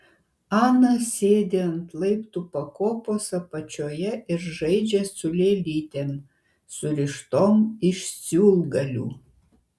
ana sėdi ant laiptų pakopos apačioje ir žaidžia su lėlytėm surištom iš siūlgalių